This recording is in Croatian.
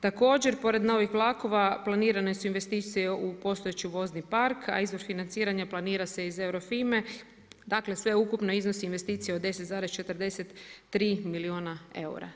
Također, pored novih vlakova, planirane su investicije u postojeći vozni park, a izvor financiranja planira se iz Euro Fime, dakle, sveukupno iznos investicija od 10,43 milijuna eura.